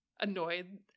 annoyed